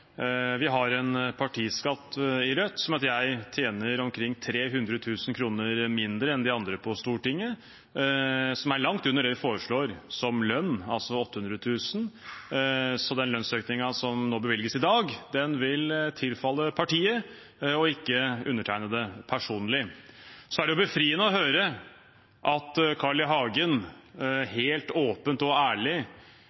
Vi har en partiskatt i Rødt, så jeg tjener omkring 300 000 kr mindre enn de andre på Stortinget, noe som er langt under det vi foreslår som lønn, altså 800 000 kr. Den lønnsøkningen som bevilges i dag, vil tilfalle partiet, ikke undertegnede personlig. Det er befriende å høre at Carl I. Hagen